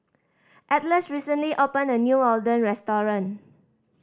Atlas recently opened a new Oden restaurant